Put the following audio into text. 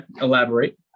Elaborate